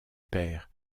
père